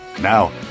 Now